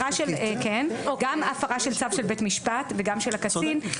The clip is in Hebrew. גם של הפרה של צו בית משפט וגם של הקצין,